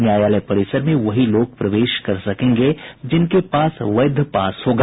न्यायालय परिसर में वही लोग प्रवेश कर सकेंगे जिनके पास वैध पास होगा